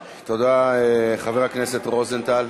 תודה, חבר הכנסת רוזנטל.